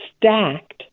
stacked